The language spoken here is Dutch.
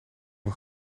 een